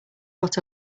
what